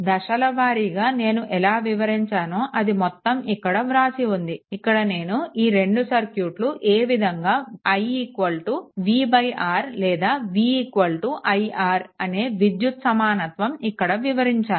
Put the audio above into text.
దశల వారీగా నేను ఎలా వివరించానో అది మొత్తం ఇక్కడ వ్రాసి ఉంది ఇక్కడ నేను ఈ రెండు సర్క్యూట్లు ఏ విధంగా i vR లేదా v iR అనే విద్యుత్ సమానత్వం ఇక్కడ వివరించాను